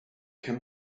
can